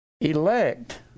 elect